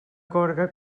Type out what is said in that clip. gorga